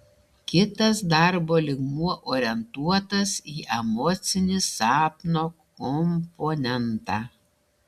kitas darbo lygmuo orientuotas į emocinį sapno komponentą